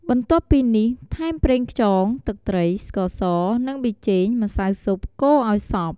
បន្ទាប់់ពីនេះ ថែមប្រេងខ្យង ទឹកត្រី ស្ករស និងប៊ីចេង ម្សៅស៊ុប កូរឱ្យសព្វ។